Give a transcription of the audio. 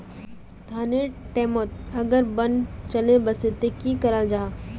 धानेर टैमोत अगर बान चले वसे ते की कराल जहा?